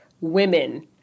women